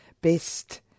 best